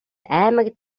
аймаг